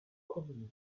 community